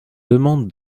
demande